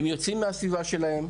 הם יוצאים מהסביבה שלהם,